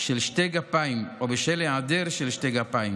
של שתי גפיים או בשל היעדר של שתי גפיים